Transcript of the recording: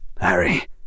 Harry